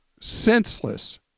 senseless